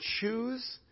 choose